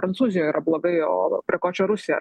prancūzijoj yra blogai o prie ko čia rusija